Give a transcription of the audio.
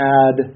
add